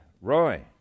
Roy